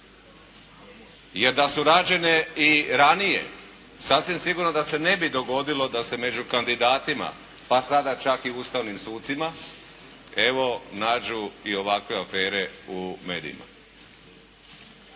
Jer da su rađene i ranije, sasvim sigurno da se ne bi dogodilo da se među kandidatima, pa sada čak i ustavnim sucima evo nađu i ovakve afere u medijima.